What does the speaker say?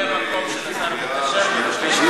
כממלא-מקום של השר המקשר בין הממשלה לכנסת.